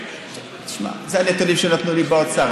שמע, אלה הנתונים שנתנו לי באוצר.